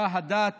שבה הדת